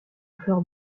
fleurs